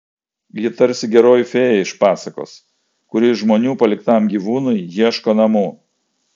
ji tarsi geroji fėja iš pasakos kuri žmonių paliktam gyvūnui ieško namų